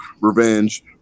revenge